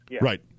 Right